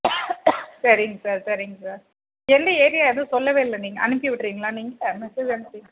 செரிங்க சார் செரிங்க சார் எந்த ஏரியா எதுவும் சொல்லவேல்ல நீங்கள் அனுப்பி விடுறிங்களா நீங்கள் எனக்கு